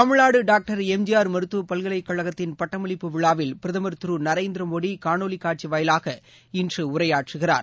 Tamil Nadu doctor MGR மருத்துவ பல்கலைக் கழகத்தின் பட்டமளிப்பு விழாவில் பிரதமர் திரு நரேந்திர மோடி காணொலி காட்சி வாயிலாக இன்று உரையாற்றுகிறார்